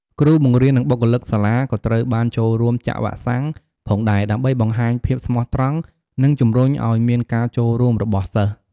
គ្រូបង្រៀន និងបុគ្គលិកសាលាក៏ត្រូវបានចូលរួមចាក់វ៉ាក់សាំងផងដែរ ដើម្បីបង្ហាញភាពស្មោះត្រង់ និងជម្រុញអោយមានការចូលរួមរបស់សិស្ស។